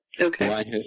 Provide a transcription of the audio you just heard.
okay